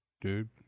dude